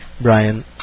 Brian